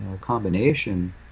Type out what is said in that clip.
combination